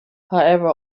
however